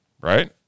right